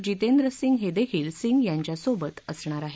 जितेंद्र सिंग हे देखील सिंग यांच्या सोबत असणार आहेत